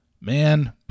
man